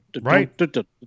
Right